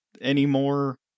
anymore